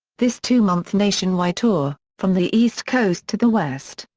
this two-month nationwide tour, from the east coast to the west,